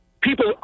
people